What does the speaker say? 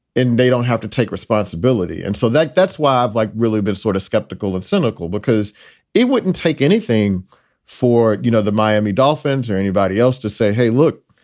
and they don't have to take responsibility. and so that's that's why i've like really been sort of skeptical of cynical, because it wouldn't take anything for, you know, the miami dolphins or anybody else to say, hey, look,